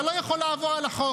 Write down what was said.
אתה לא יכול לעבור על החוק.